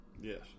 Yes